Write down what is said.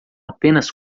apenas